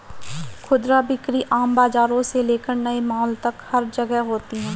खुदरा बिक्री आम बाजारों से लेकर नए मॉल तक हर जगह होती है